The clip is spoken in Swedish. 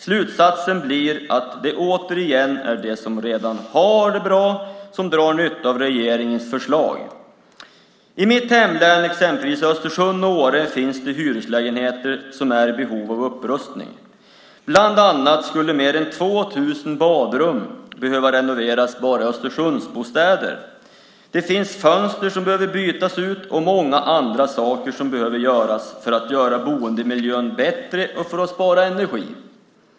Slutsatsen blir att det återigen är de som redan har det bra som drar nytta av regeringens förslag. I mitt hemlän, i exempelvis Östersund och Åre, finns det hyreslägenheter som är i behov av upprustning. Bland annat skulle mer än 2 000 badrum behöva renoveras bara i Östersundsbostäder. Det finns fönster som behöver bytas ut och många andra saker som behöver göras för att göra boendemiljön bättre och för att spara energi.